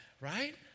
Right